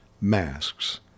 masks